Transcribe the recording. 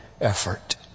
effort